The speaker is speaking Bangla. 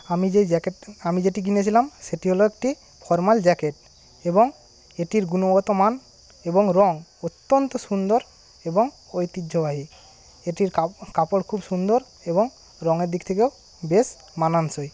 আমি যেই জ্যাকেটটা আমি যেটি কিনেছিলাম সেটি হল একটি ফর্মাল জ্যাকেট এবং এটির গুণগত মান এবং রঙ অত্যন্ত সুন্দর এবং ঐতিহ্যবাহী এটির কাপ কাপড় খুব সুন্দর এবং রঙের দিক থেকেও বেশ মানানসই